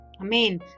Amen